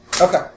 Okay